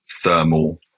thermal